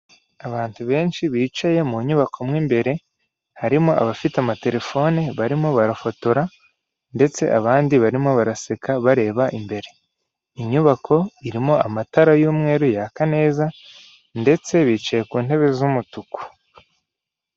Abantu benshi bicaye mu nyubako mu imbere, harimo abafite amaterefone barimo barafotora ndetse abandi barimo baraseka bareba imbere. Inyubako irimo amatara y'umweru yaka neza ndetse bicaye ku ntebe z'umutuku.